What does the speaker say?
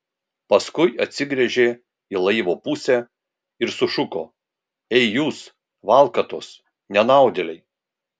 paskui atsigręžė į laivo pusę ir sušuko ei jūs valkatos nenaudėliai